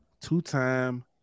Two-time